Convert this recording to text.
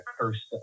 cursed